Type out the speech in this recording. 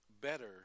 better